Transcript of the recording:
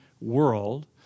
world